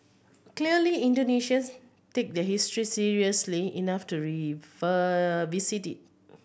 clearly Indonesians take their history seriously enough to visit it